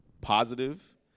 positive